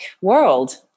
world